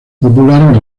popular